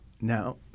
Now